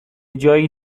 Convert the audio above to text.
جایی